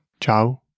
Ciao